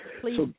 Please